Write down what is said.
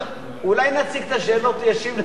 אולי נציג את השאלות והוא ישיב,